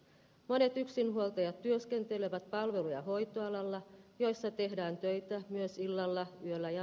monet yksinhuoltajat työskentelevät palvelu ja hoitoalalla joissa tehdään töitä myös illalla yöllä ja